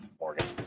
Morgan